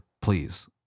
please